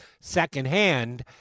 secondhand